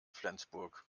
flensburg